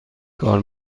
کار